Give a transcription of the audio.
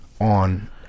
on